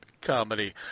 comedy